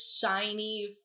shiny